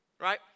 Right